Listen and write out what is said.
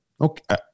Okay